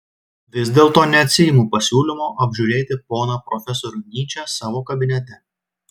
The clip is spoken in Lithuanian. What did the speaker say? vis dėlto neatsiimu pasiūlymo apžiūrėti poną profesorių nyčę savo kabinete